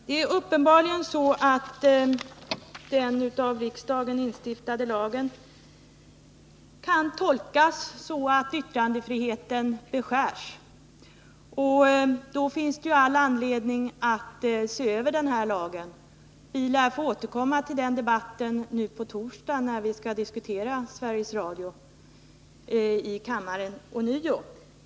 Herr talman! Uppenbarligen kan den av riksdagen instiftade lagen tolkas så att yttrandefriheten beskärs. Då finns det ju all anledning att se över lagen. Vi lär få återkomma till den debatten nu på torsdag, när vi ånyo skall diskutera Sveriges Radio här i kammaren.